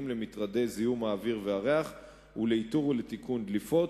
למטרדי זיהום האוויר והריח ולאיתור ולתיקון של דליפות.